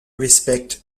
respect